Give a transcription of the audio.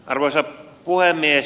arvoisa puhemies